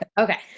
Okay